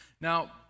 Now